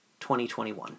2021